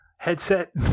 Headset